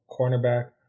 cornerback